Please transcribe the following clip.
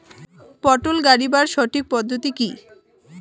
পটল গারিবার সঠিক পদ্ধতি কি?